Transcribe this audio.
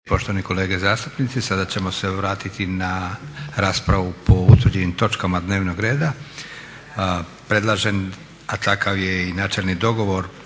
poštovani kolege zastupnici, sada ćemo se vratiti na raspravu po utvrđenim točkama dnevnog reda. Predlažem, a takav je i načelni dogovor